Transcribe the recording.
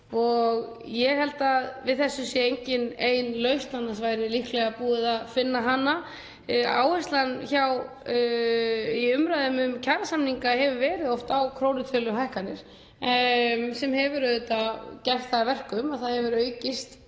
og ég held að við þessu sé engin ein lausn, annars væri líklega búið að finna hana. Áherslan í umræðum um kjarasamninga hefur oft verið á krónutöluhækkanir. Það hefur auðvitað gert það að verkum að jöfnuður í